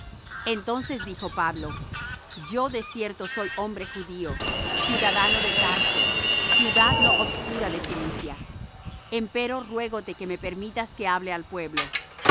entonces dijo pablo yo de cierto soy hombre judío ciudadano de tarso ciudad no obscura de cilicia empero ruégote que me permitas que hable al pueblo y